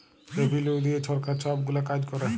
revenue দিঁয়ে সরকার ছব গুলা কাজ ক্যরে